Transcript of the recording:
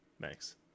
Thanks